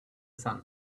sun